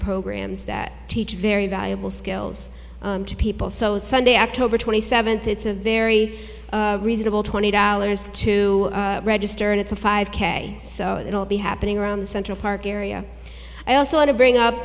programs that teach very valuable skills to people so sunday october twenty seventh it's a very reasonable twenty dollars to register and it's a five k so it will be happening around the central park area i also want to bring up